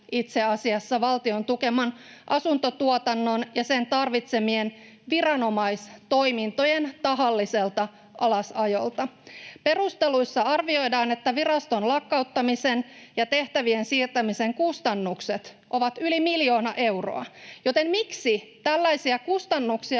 itse asiassa valtion tukeman asuntotuotannon ja sen tarvitsemien viranomaistoimintojen tahalliselta alasajolta. Perusteluissa arvioidaan, että viraston lakkauttamisen ja tehtävien siirtämisen kustannukset ovat yli miljoona euroa, joten miksi tällaisia kustannuksia